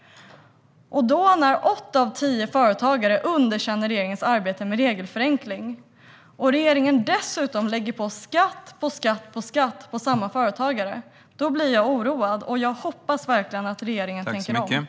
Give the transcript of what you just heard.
När åtta av tio företagare underkänner regeringens arbete med regelförenkling och regeringen dessutom lägger skatt på skatt på samma företagare, då blir jag oroad. Jag hoppas verkligen att regeringen tänker om.